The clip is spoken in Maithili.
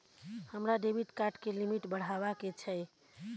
हमरा डेबिट कार्ड के लिमिट बढावा के छै